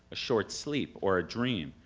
a short sleep or a dream,